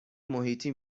محیطی